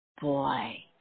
Boy